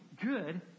good